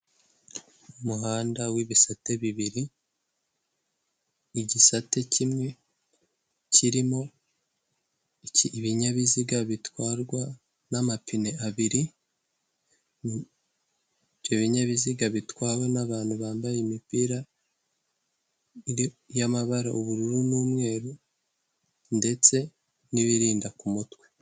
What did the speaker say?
Umuhanda w'ibisate bibiri igisate kimwe kirimo ibinyabiziga bitwarwa n'amapine abiri, ibyo binyabiziga bitwawe n'abantu bambaye imipira y'amabara ubururu n'umweru ndetse n'birinda ku mutwe.